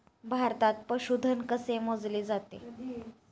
भारतात पशुधन कसे मोजले जाते?